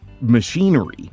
machinery